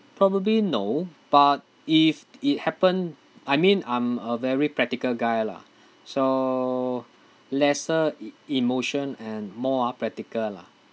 probably no but if it happened I mean I'm a very practical guy lah so lesser e~ emotion and more ah practical lah